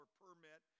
permit